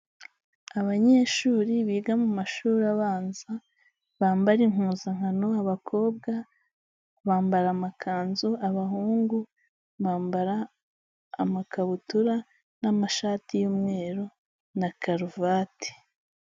Abanyeshuri biga mu mashuri abanza bambara impuzankano, abakobwa bambara amakanzu, abahungu bambara amakabutura n'amashati y'umweru na karuvati.